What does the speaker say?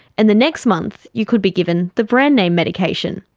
and the next month you could be given the brand-name medication.